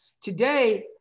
Today